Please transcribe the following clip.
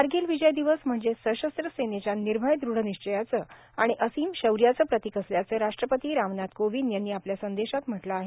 कारगिल विजय दिवस म्हणजे सशस्त्र सेनेच्या निर्भय दृढनिश्चयाचं आणि असीम शौर्याचं प्रतीक असल्याचं राष्ट्रपती रामनाथ कोविंद यांनी आपल्या संदेशात म्हटलं आहे